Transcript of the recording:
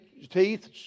teeth